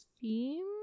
theme